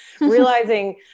realizing